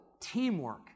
teamwork